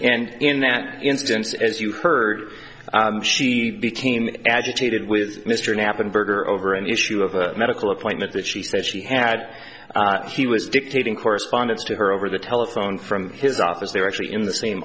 and in that instance as you heard she became agitated with mr knappenberger over an issue of a medical appointment that she said she had he was dictating correspondence to her over the telephone from his office they were actually in the same